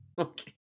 Okay